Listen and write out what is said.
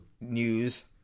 news